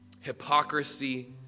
hypocrisy